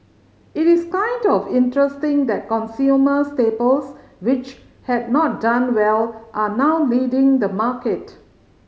it is kind of interesting that consumer staples which had not done well are now leading the market